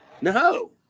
No